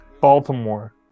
Baltimore